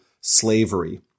slavery